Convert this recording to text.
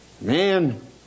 Man